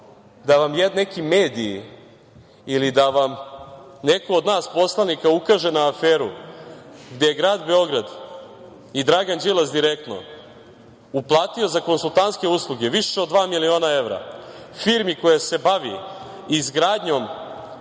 da vam neki mediji ili da vam neko od nas poslanika ukaže na aferu gde je grad Beograd i Dragan Đilas direktno uplatio za konsultantske usluge više od dva miliona evra firmi koja se bavi izgradnjom